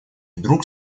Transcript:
вдруг